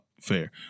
Fair